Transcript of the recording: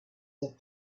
have